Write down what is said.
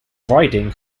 riding